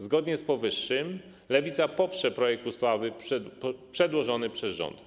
Zgodnie z powyższym Lewica poprze projekt ustawy przedłożony przez rząd.